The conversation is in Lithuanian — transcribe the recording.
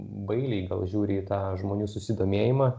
bailiai gal žiūri į tą žmonių susidomėjimą